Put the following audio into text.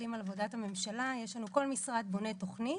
מסתכלים על עבודת הממשלה, כל משרד בונה תוכנית,